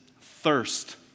thirst